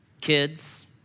Kids